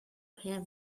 him